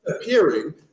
Appearing